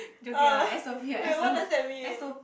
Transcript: oh wait what does that mean